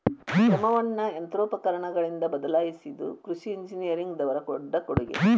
ಶ್ರಮವನ್ನಾ ಯಂತ್ರೋಪಕರಣಗಳಿಂದ ಬದಲಾಯಿಸಿದು ಕೃಷಿ ಇಂಜಿನಿಯರಿಂಗ್ ದವರ ದೊಡ್ಡ ಕೊಡುಗೆ